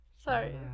Sorry